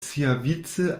siavice